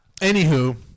Anywho